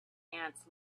ants